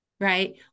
right